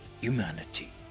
humanity